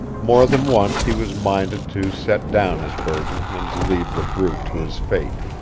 more than once he was minded to set down his burden and leave the brute to his fate.